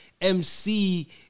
MC